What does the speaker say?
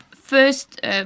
First